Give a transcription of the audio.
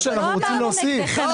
לא אמרנו נגדכם.